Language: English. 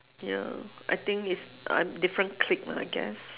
ya I think it's a different clique lah I guess